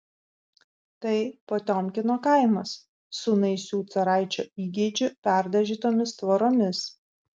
tai potiomkino kaimas su naisių caraičio įgeidžiu perdažytomis tvoromis